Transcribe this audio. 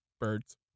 Birds